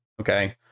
Okay